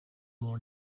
mon